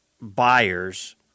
buyers